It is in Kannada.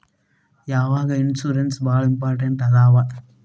ಯಾವ್ಯಾವ ಇನ್ಶೂರೆನ್ಸ್ ಬಾಳ ಇಂಪಾರ್ಟೆಂಟ್ ಅದಾವ?